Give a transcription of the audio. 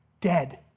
dead